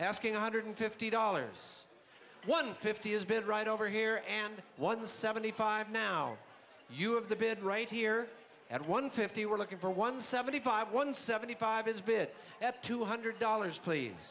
asking one hundred fifty dollars one fifty is bit right over here and one seventy five now you have the bid right here at one fifty we're looking for one seventy five one seventy five is bid at two hundred dollars please